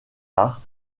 arts